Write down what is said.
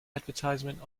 advertisement